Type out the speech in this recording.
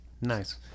Nice